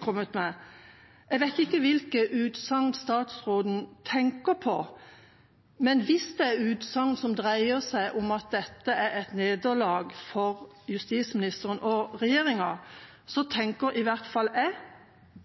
kommet med. Jeg vet ikke hvilke utsagn statsråden tenker på, men hvis det er utsagn som dreier seg om at dette er et nederlag for justisministeren og regjeringa, så tenker i hvert fall jeg